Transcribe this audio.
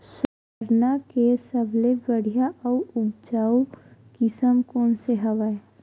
सरना के सबले बढ़िया आऊ उपजाऊ किसम कोन से हवय?